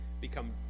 become